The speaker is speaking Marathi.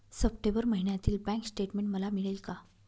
सप्टेंबर महिन्यातील बँक स्टेटमेन्ट मला मिळेल का?